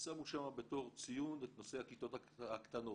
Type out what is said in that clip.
שמו שם בתור ציון את נושא הכיתות הקטנות.